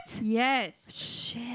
Yes